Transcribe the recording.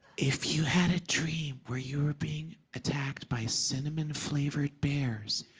if you had a dream where you were being attacked by cinnamon flavored bears,